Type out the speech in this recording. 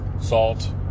salt